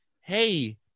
hey